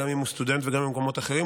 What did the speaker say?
גם אם הוא סטודנט וגם אם הוא במקומות אחרים,